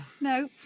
No